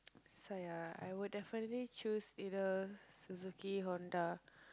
so ya I would definitely choose either Suzuki Honda